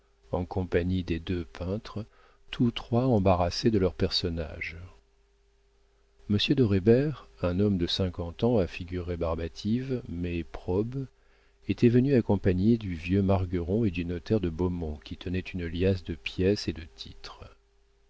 en compagnie des deux peintres tous trois embarrassés de leurs personnages monsieur de reybert un homme de cinquante ans à figure rébarbative mais probe était venu accompagné du vieux margueron et du notaire de beaumont qui tenait une liasse de pièces et de titres